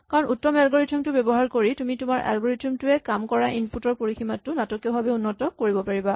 কাৰণ উত্তম এলগৰিথম টো ব্যৱহাৰ কৰি তুমি তোমাৰ এলগৰিথম টোৱে কাম কৰা ইনপুট ৰ পৰিসীমাটো নাটকীয়ভাৱে উন্নত কৰিব পাৰা